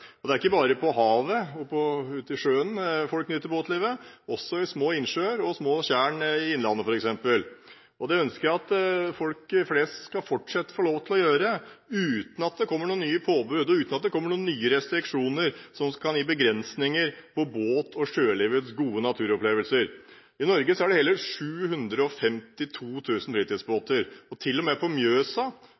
Det er ikke bare på havet og ute på sjøen folk nyter båtlivet – også på små innsjøer og små tjern i innlandet f.eks. Det ønsker jeg at folk flest fortsatt skal få lov til å gjøre, uten at det kommer nye påbud, uten nye restriksjoner, som kan gi begrensninger på båt- og sjølivets gode naturopplevelser. I Norge er det hele 752 000 fritidsbåter. Til og med på Mjøsa,